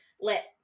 let